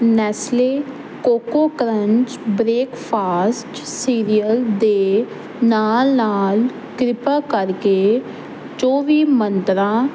Nestle coco crunch breakfast cereal ਦੇ ਨਾਲ ਨਾਲ ਕ੍ਰਿਪਾ ਕਰਕੇ ਚੋਵੀ ਮੰਤਰਾਂ